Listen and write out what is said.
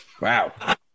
wow